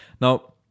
Now